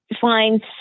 find